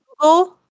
Google